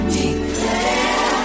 declare